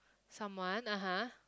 someone (aha)